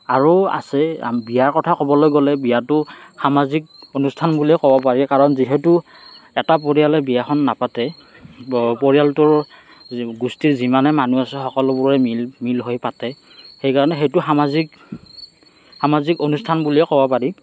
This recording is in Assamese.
আৰু আছে বিয়াৰ কথা ক'বলৈ গ'লে বিয়াটো সামাজিক অনুষ্ঠান বুলিয়ে ক'ব পাৰি কাৰণ যিহেতো এটা পৰিয়ালে বিয়াখন নাপাতে পৰিয়ালটোৰ গোষ্ঠীৰ যিমানবোৰ মানুহ আছে সকলোৱে মিল মিল হৈ পাতে সেইকাৰণে সেইটো সামাজিক সামাজিক অনুষ্ঠান বুলিয়ে ক'ব পাৰি